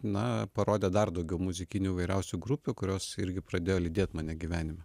na parodė dar daugiau muzikinių įvairiausių grupių kurios irgi pradėjo lydėt mane gyvenime